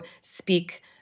speak